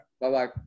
Bye-bye